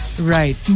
Right